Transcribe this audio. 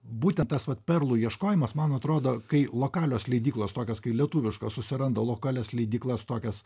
būtent tas vat perlų ieškojimas man atrodo kai lokalios leidyklos tokios kai lietuviška susiranda lokalias leidyklas tokias